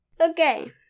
Okay